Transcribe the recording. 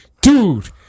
dude